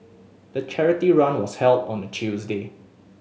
the charity run was held on a Tuesday